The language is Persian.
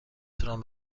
توانم